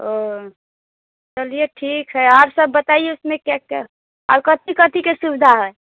ओ चलिए ठीक है अच्छा बताइए उसमे क्या क्या है आओर कथी कथीके सुविधा हय